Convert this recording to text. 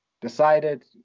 decided